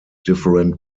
different